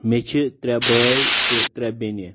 مے چھ ترٚے بٲے تہِ ترٚے بینہِ